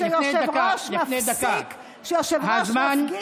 כשיושב-ראש מפסיק דובר,